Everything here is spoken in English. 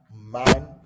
man